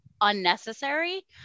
unnecessary